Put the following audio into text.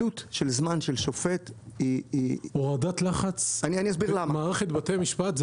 עלות של זמן של שופט --- הורדת לחץ במערכת בתי המשפט,